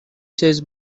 says